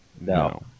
No